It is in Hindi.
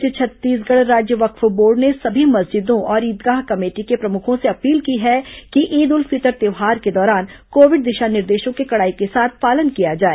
इस बीच छत्तीसगढ़ राज्य वक्फ बोर्ड ने सभी मस्जिदों और ईदगाह कमेटी की प्रमुखों से अपील की है कि ईद उल फितर त्यौहार के दौरान कोविड दिशा निर्देशों के कड़ाई के साथ पालन किया जाए